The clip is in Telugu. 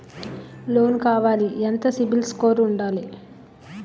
లోన్ కావాలి ఎంత సిబిల్ స్కోర్ ఉండాలి?